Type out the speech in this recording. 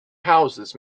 houses